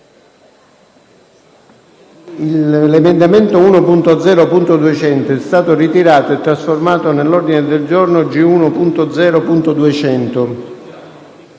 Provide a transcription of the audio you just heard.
L'emendamento 1.202 è stato ritirato e trasformato nell'ordine del giorno G1.202.